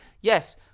Yes